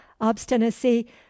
obstinacy